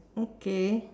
okay